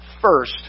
first